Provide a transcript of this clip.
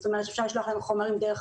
זאת אומרת שאפשר לשלוח להם חומרים דרך